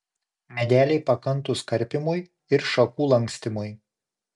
medeliai pakantūs karpymui ir šakų lankstymui